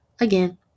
Again